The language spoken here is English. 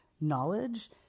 knowledge